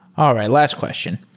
all right, last question.